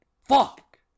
Fuck